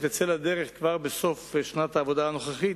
שתצא לדרך כבר בסוף שנת העבודה הנוכחית,